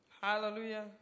Hallelujah